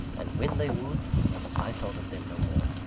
and when they would i thought of them no more.